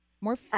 More